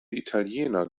italiener